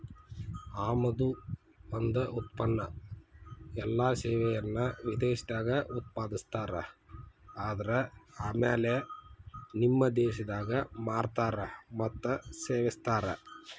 ಆಮದು ಒಂದ ಉತ್ಪನ್ನ ಎಲ್ಲಾ ಸೇವೆಯನ್ನ ವಿದೇಶದಾಗ್ ಉತ್ಪಾದಿಸ್ತಾರ ಆದರ ಆಮ್ಯಾಲೆ ನಿಮ್ಮ ದೇಶದಾಗ್ ಮಾರ್ತಾರ್ ಮತ್ತ ಸೇವಿಸ್ತಾರ್